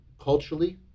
culturally